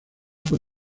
por